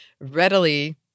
readily